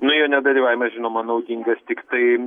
nu jo nedalyvavimas žinoma naudingas tiktai